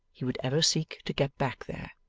he would ever seek to get back there.